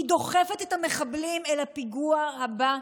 היא דוחפת את המחבלים אל הפיגוע הבא,